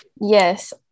Yes